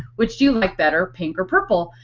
which do you like better, pink or purple?